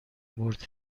بٌرد